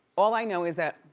all i know is that